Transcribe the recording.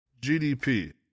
GDP